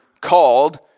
called